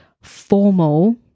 formal